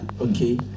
Okay